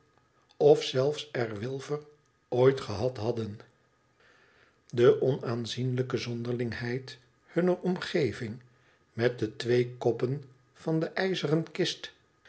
of zéih r wilfer ooit gehad hadden de onaanzienlijke zonderlingheid hunner omgeving met de twee koppen van de ijzeren kist